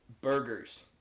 Burgers